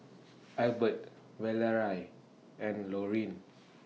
Albert Valerie and Laurine